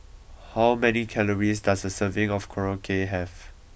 how many calories does a serving of Korokke have